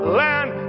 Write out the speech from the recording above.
land